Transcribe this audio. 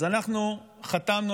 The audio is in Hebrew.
אז אנחנו חתמנו,